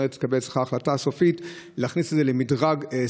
תתקבל אצלך היום כנראה החלטה סופית להכניס את זה למדרג סביר.